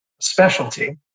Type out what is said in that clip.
specialty